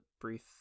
brief